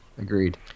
Agreed